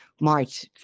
March